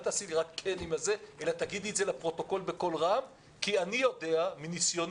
אל תהנהני אלא תאמרי את זה לפרוטוקול בקול רם כי אני יודע מניסיוני